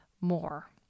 more